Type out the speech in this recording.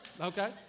okay